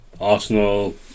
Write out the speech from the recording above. Arsenal